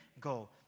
Go